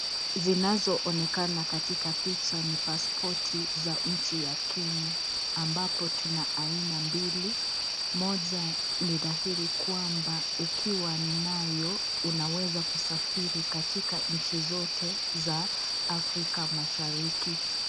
Zinazoonekana katika picha, ni pasipoti za nchi ya Kenya, ambapo tuna aina mbili. Moja ni dhahiri kwamba, ukiwa nayo unaweza kusafiri katika nchi zote za Afrika mashariki.